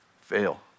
fail